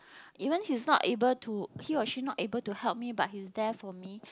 even he's not able to he or she not able to help me but he is there for me